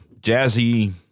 jazzy